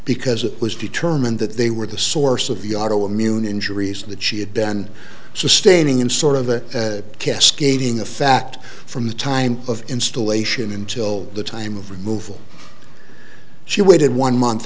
because it was determined that they were the source of the auto immune injuries that she had been sustaining in sort of the cascading effect from the time of installation until the time of removal she waited one month